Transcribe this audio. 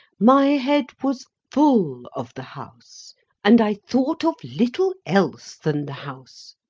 my head was full of the house and i thought of little else than the house,